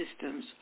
systems